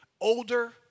older